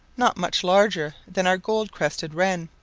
not much larger than our gold-crested wren.